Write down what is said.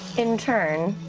in turn,